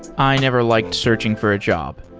i never liked searching for a job.